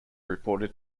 reported